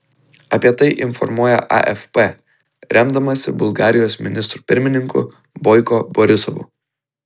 apie tai informuoja afp remdamasi bulgarijos ministru pirmininku boiko borisovu